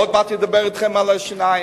עוד מעט אדבר אתכם על השיניים.